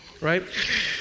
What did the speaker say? right